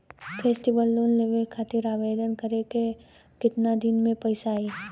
Festival loan लेवे खातिर आवेदन करे क बाद केतना दिन म पइसा आई?